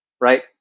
right